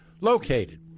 Located